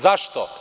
Zašto?